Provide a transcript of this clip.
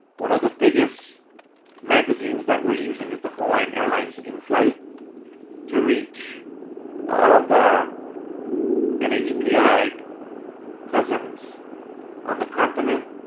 one of the biggest magazines that we're using is the hawaiian airlines in-flight to reach all of our and nhpi like cousins on the continent.